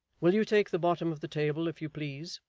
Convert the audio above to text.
will you take the bottom of the table, if you please?